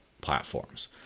platforms